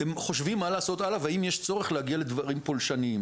חושבים מה לעשות הלאה והאם יש צורך להגיע לדברים פולשניים.